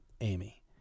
Amy